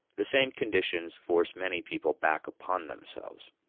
the same conditions force many people back upon themselves.